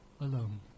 alone